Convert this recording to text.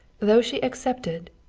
though she accepted,